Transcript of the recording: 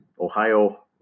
Ohio